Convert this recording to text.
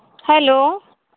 hello